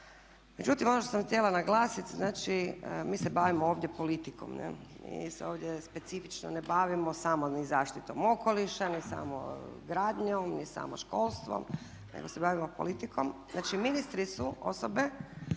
Međutim, ono što sam htjela naglasit, znači mi se bavimo ovdje politikom, mi se ovdje specifično ne bavimo samo ni zaštitom okoliša, ni samo gradnjom, ni samo školstvom nego se bavimo politikom. Znači ministri su osobe